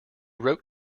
wrote